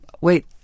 wait